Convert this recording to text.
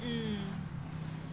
mm